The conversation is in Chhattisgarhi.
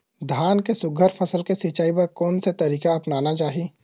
धान के सुघ्घर फसल के सिचाई बर कोन से तरीका अपनाना चाहि?